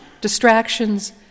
distractions